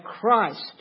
Christ